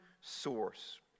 source